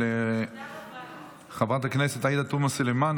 של חברת הכנסת עאידה תומא סלימאן,